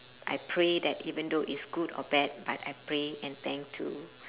I pray that even though it's good or bad but I pray and thank to